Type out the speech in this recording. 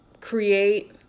create